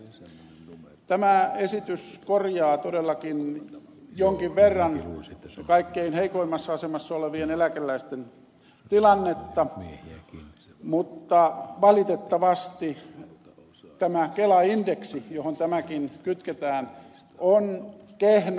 tämä esitys korjaa todellakin jonkin verran kaikkein heikoimmassa asemassa olevien eläkeläisten tilannetta mutta valitettavasti tämä kelaindeksi johon tämäkin kytketään on kehno